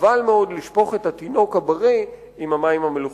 חבל מאוד לשפוך את התינוק הבריא עם המים המלוכלכים.